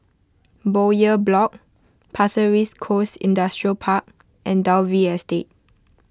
Bowyer Block Pasir Ris Coast Industrial Park and Dalvey Estate